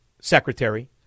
secretary